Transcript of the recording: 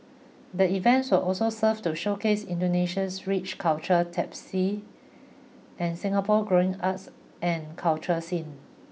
the event will also serve to showcase Indonesia's rich cultural tapestry and Singapore growing arts and culture scene